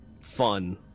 fun